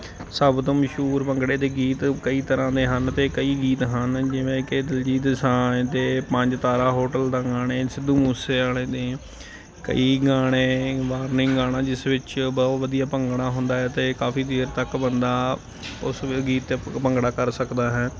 ਸਭ ਤੋਂ ਮਸ਼ਹੂਰ ਭੰਗੜੇ ਦੇ ਗੀਤ ਕਈ ਤਰ੍ਹਾਂ ਦੇ ਹਨ ਤੇ ਕਈ ਗੀਤ ਹਨ ਜਿਵੇਂ ਕਿ ਦਿਲਜੀਤ ਦੌਸਾਂਝ ਦੇ ਪੰਜ ਤਾਰਾ ਹੋਟਲ ਦਾ ਗਾਣੇ ਸਿੱਧੂ ਮੂਸੇ ਵਾਲੇ ਦੇ ਕਈ ਗਾਣੇ ਵਾਰਨਿੰਗ ਗਾਣਾ ਜਿਸ ਵਿੱਚ ਬਹੁਤ ਵਧੀਆ ਭੰਗਣਾ ਹੁੰਦਾ ਤੇ ਕਾਫੀ ਦੇਰ ਤੱਕ ਬੰਦਾ ਉਸ ਵੇਲੇ ਗੀਤ ਤੇ ਭੰਗੜਾ ਕਰ ਸਕਦਾ ਹੈ